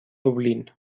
dublín